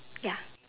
ya